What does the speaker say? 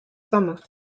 summer